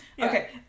Okay